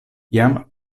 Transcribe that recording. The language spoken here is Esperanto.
jam